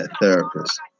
therapist